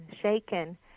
shaken